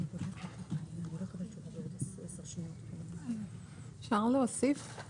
רוצה לקבל החלטה בתקנות הללו בלי שיחה אישית שלי עם שר